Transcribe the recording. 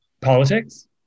politics